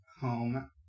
home